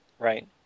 Right